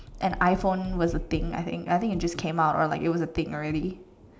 an iPhone was a thing I think I think it just came out or like it was a thing already